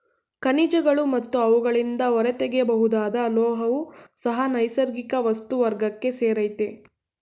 ಖನಿಜಗಳು ಮತ್ತು ಅವುಗಳಿಂದ ಹೊರತೆಗೆಯಬಹುದಾದ ಲೋಹವೂ ಸಹ ನೈಸರ್ಗಿಕ ವಸ್ತು ವರ್ಗಕ್ಕೆ ಸೇರಯ್ತೆ